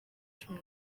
cumi